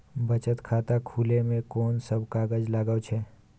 बचत खाता खुले मे कोन सब कागज लागे छै?